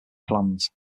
plans